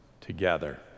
together